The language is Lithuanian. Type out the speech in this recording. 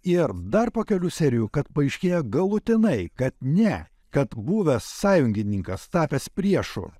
ir dar po kelių serijų kad paaiškėja galutinai kad ne kad buvęs sąjungininkas tapęs priešu